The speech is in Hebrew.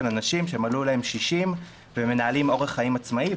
אנשים שמלאו להם 60 והם מנהלים אורח חיים עצמאי,